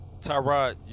Tyrod